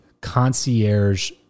concierge